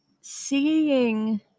seeing